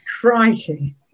Crikey